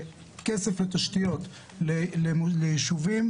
כסף לתשתיות ליישובים,